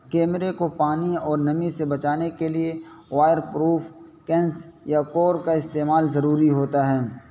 کیمرے کو پانی اور نمی سے بچانے کے لیے وائر پروف کینس یا کور کا استعمال ضروری ہوتا ہے